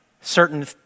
certain